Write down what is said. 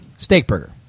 Steakburger